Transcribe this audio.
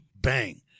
bang